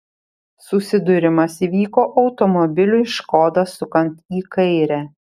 susidūrimas įvyko automobiliui škoda sukant į kairę